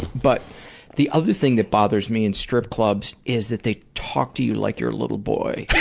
but the other thing that bothers me in strip clubs is that they talk to you like you're a little boy.